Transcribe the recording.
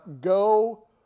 go